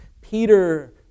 Peter